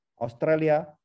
Australia